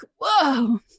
Whoa